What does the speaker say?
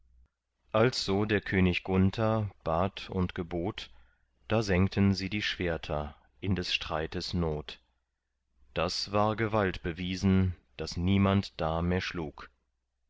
als so der könig gunther bat und gebot da senkten sie die schwerter in des streites not das war gewalt bewiesen daß niemand da mehr schlug